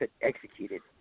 executed